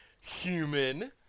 human